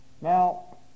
now